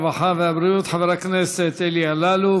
הרווחה והבריאות חבר הכנסת אלי אלאלוף.